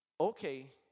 okay